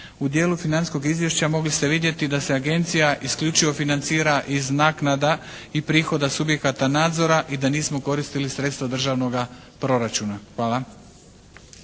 U dijelu financijskog izvješća mogli ste vidjeti da se agencija isključivo financira iz naknada i prihoda subjekata nadzora i da nismo koristili sredstva Državnoga proračuna. Hvala.